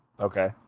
okay